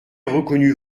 reconnu